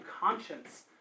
conscience